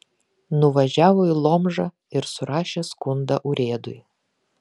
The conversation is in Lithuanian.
nuvažiavo į lomžą ir surašė skundą urėdui